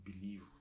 believe